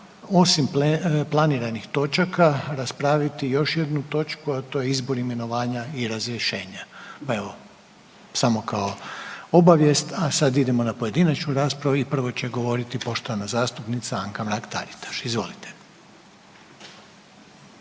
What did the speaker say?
osim planiranih točaka raspraviti još jednu točku, a to je izbor, imenovanja i razrješenja. Pa evo, samo kao obavijest, a sad idemo na pojedinačnu raspravu i prvo će govoriti poštovana zastupnica Anka Mrak Taritaš. Izvolite.